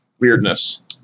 weirdness